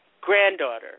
granddaughter